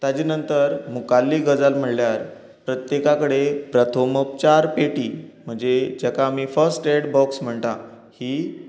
ताजे नंतर मुखाल्ली गजाल म्हणल्यार प्रत्येका कडेन प्रथम उपचार पेटी म्हणजे जाका आमी फस्ट ऍड बॉक्स म्हणटा ही